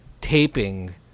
taping